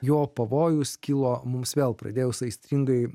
jo pavojus kilo mums vėl pradėjus aistringai